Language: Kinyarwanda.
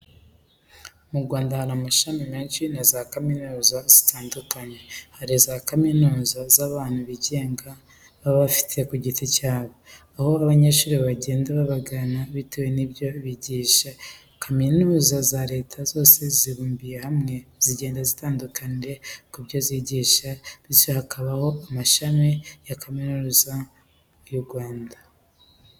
Mu Rwanda hari amashuri menshi na zakaminuza zitandukanye. Hari na zakaminuza z'abantu bigenga baba bafite ku giti cyabo, aho abanyeshuri bagenda babagana bitewe nibyo bigisha. Kaminuza za Leta zose zibumbiye hamwe zigenda zitandukanira ku byo zigisha bityo hakabaho amashami ya kaminuza y'u Rwanda.